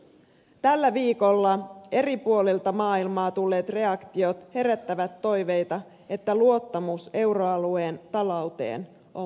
tällä viikolla eri puolilta maailmaa tulleet reaktiot herättävät toiveita että luottamus euroalueen talouteen on vahvistunut